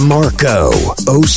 Marco